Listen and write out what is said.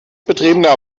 betriebener